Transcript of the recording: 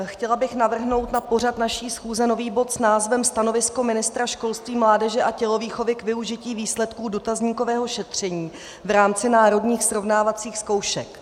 Chtěla bych navrhnout na pořad naší schůze nový bod s názvem Stanovisko ministra školství, mládeže a tělovýchovy k využití výsledků dotazníkového šetření v rámci národních srovnávacích zkoušek.